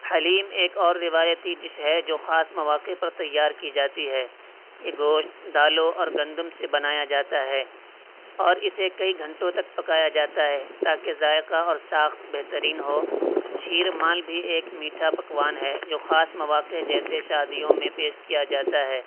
حلیم ایک اور روایتی ڈش ہے جو خاص مواقع پر تیار کی جاتی ہے یہ گوشت دالوں اور گندم سے بنایا جاتا ہے اور اسے کئی گھنٹوں تک پکایا جاتا ہے تاکہ ذائقہ اور ساخت بہترین ہو شیرمال بھی ایک میٹھا پکوان ہے جو خاص مواقع جیسے شادیوں میں پیش کیا جاتا ہے